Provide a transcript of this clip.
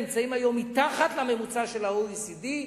נמצאים היום מתחת לממוצע של ה-OECD,